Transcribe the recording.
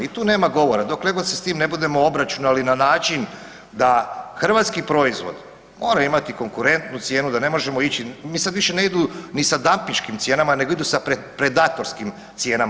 I tu nema govora, dokle god se s time ne budemo obračunali na način da hrvatski proizvod mora imati konkurentnu cijenu da ne možemo ići, mi sad više ne idu ni sa dampinškim cijenama, nego idu sa predatorskim cijenama.